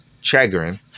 chagrin